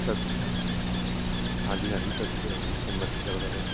ਸਤਿ ਸ਼੍ਰੀ ਅਕਾਲ ਹਾਂਜੀ ਹਾਂਜੀ ਸਤਿ ਸ਼੍ਰੀ ਅਕਾਲ ਜੀ ਹਿੰਮਤ ਗੱਲ ਕਰ ਰਿਹਾ